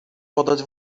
podać